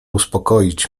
uspokoić